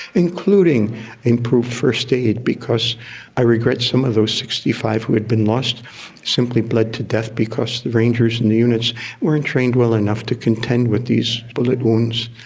including improved first aid because i regret some of those sixty five who have been lost simply bled to death because the rangers in the units weren't trained well enough to content with these bullet wounds.